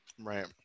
Right